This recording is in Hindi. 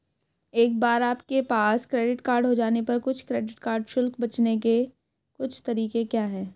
एक बार आपके पास क्रेडिट कार्ड हो जाने पर कुछ क्रेडिट कार्ड शुल्क से बचने के कुछ तरीके क्या हैं?